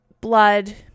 blood